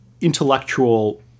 intellectual